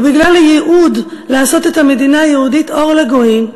ובגלל הייעוד לעשות את המדינה היהודית אור לגויים,